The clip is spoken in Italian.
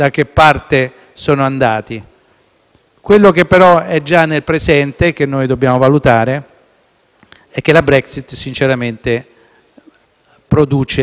Quello che però è già nel presente e che dobbiamo valutare è che la Brexit, sinceramente, produce nel presente una serie di disastri.